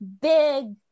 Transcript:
big